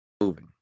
moving